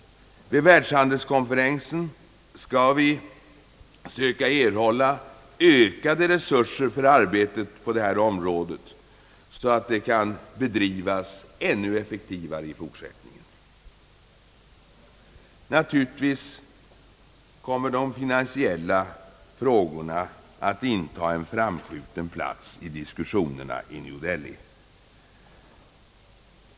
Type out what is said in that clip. Vid världshandelskonferensen skall vi söka få ökade resurser för arbete på detta område, så att det kan bedrivas ännu effektivare i fortsättningen. Självfallet kommer de finansiella frågorna att inta en framskjuten plats vid diskussionerna i New Delhi.